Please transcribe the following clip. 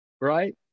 right